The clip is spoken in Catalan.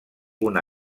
una